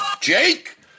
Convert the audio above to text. Jake